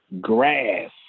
grass